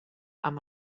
amb